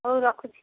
ହଉ ରଖୁଛିି